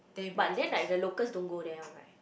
but then like the locals don't go there one right